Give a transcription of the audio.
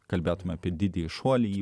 kalbėtumėme apie didįjį šuolį į